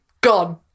gone